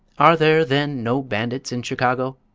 are there, then, no bandits in chicago?